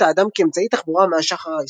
האדם כאמצעי תחבורה מאז שחר ההיסטוריה.